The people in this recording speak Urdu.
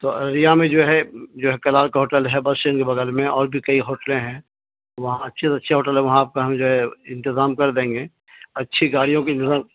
تو اریا میں جو ہے جو ہے کلار کا ہوٹل ہے بس چینڈ کے بغل میں اور بھی کئی ہوٹلیں ہیں وہاں اچھے سے اچھے ہوٹل ہیں وہاںپ کا ہم جو ہے انتظام کر دیں گے اچھی گاڑیوں کے انتظام